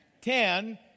Ten